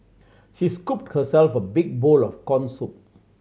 she scooped herself a big bowl of corn soup